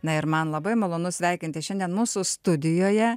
na ir man labai malonu sveikinti šiandien mūsų studijoje